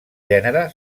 gènere